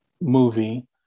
movie